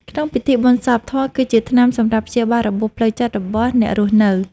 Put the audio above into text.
ក្នុងពិធីបុណ្យសព ធម៌គឺជាថ្នាំសម្រាប់ព្យាបាលរបួសផ្លូវចិត្តរបស់អ្នករស់នៅ។